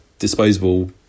disposable